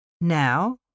Now